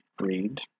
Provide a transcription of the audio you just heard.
read